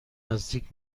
نزدیک